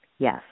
Yes